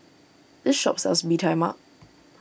this shop sells Bee Tai Mak